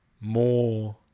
more